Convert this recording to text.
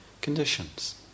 conditions